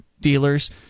dealers